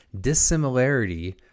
dissimilarity